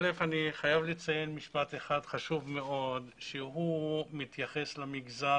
אני חייב לציין משפט אחד חשוב מאוד שהוא מתייחס למגזר